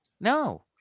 no